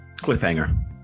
cliffhanger